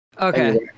Okay